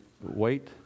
wait